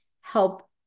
help